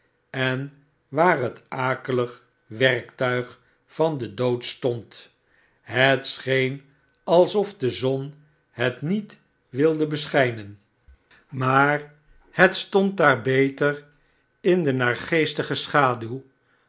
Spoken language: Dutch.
en waar het akelig werktuig van deiv dood stond het scheen alsof de zon het niet wilde beschijnen maar het stond daar beter in de naargeestige schaduw